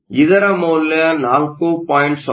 ಇದರ ಮೌಲ್ಯ 4